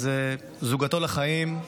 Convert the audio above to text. זוגתו לחיים,